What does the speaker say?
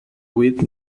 vuit